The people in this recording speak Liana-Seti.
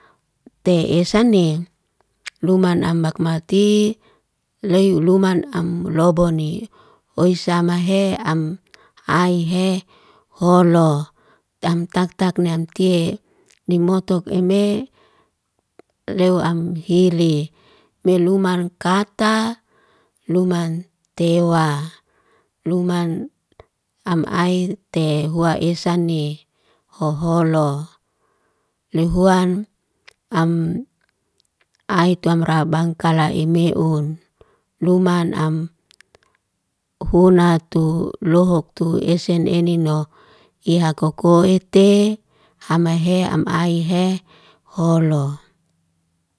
Te esa ne, luman ambakmati, ley luman amloboni oisamahe amaihe holo. Tamtaktakne namte nimotok eme, leu amhili me luman karta luman tewa. Luman am ai tehua esa nee hoholo. Lihuan am ai tamra bangkala imeun, luman am hunatu lohoktu esen enino ihakakokoete hamahe amahe holo.